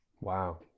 Wow